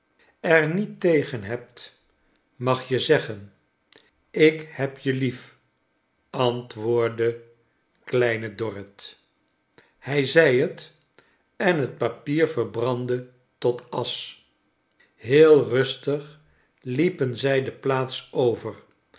er niot tegen hebt mag je zeggen ik heb je lief antwoordde kleine dorrit hij zei het en het papier verbrandde tot asch heel rustig liepen zij de plaats over